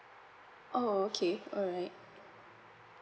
oh okay alright